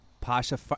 Pasha